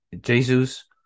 Jesus